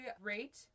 rate